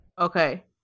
Okay